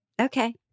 Okay